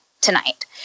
tonight